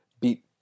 Beat